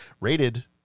rated